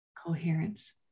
Coherence